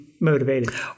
motivated